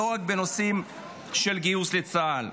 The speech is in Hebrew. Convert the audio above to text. לא רק בנושאים של גיוס לצה"ל.